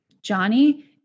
Johnny